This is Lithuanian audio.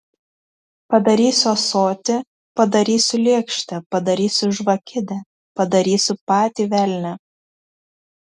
padarysiu ąsotį padarysiu lėkštę padarysiu žvakidę padarysiu patį velnią